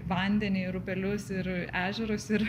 vandenį ir upelius ir ežerus ir